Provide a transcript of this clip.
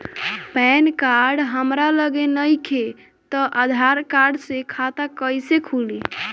Pan card हमरा लगे नईखे त आधार कार्ड से खाता कैसे खुली?